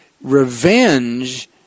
Revenge